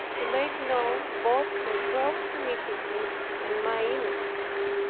to make known both her gross iniquity and my innocence.